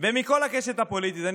ומכל הקשת הפוליטית.